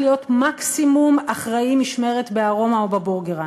להיות מקסימום אחראי משמרת ב"ארומה" או ב"בורגר ראנץ'".